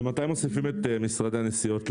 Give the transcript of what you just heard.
ומתי מוסיפים את משרדי הנסיעות למתווה?